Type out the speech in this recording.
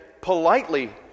politely